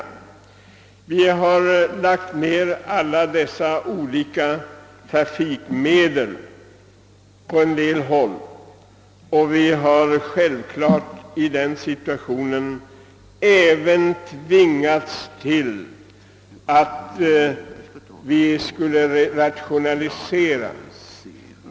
På en del håll har vi lagt ned alla dessa olika trafikmedel, och vi har därför självklart även tvingats att rationalisera.